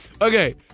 Okay